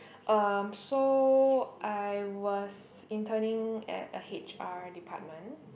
um so I was interning at a h_r department